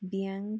bank